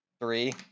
three